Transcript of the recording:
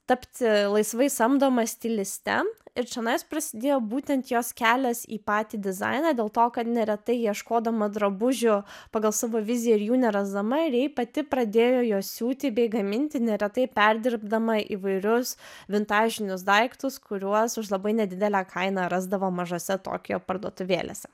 tapti laisvai samdoma stiliste ir čionai prasidėjo būtent jos kelias į patį dizainą dėl to kad neretai ieškodama drabužio pagal savo viziją ir jų nerasdama rei pati pradėjo siūti bei gaminti neretai perdirbdama įvairius vintažinius daiktus kuriuos už labai nedidelę kainą rasdavo mažose tokijo parduotuvėlėse